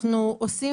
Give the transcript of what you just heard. אנחנו עושים